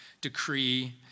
decree